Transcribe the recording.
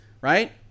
right